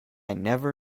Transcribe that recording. never